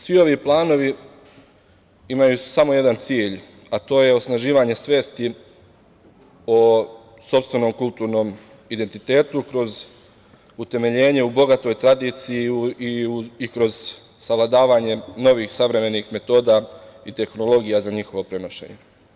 Svi ovi planovi imaju samo jedan cilj, a to je osnaživanje svesti o sopstvenom kulturnom identitetu kroz utemeljenje u bogatoj tradiciji i kroz savladavanje novih savremenih metoda i tehnologija za njihovo prenošenje.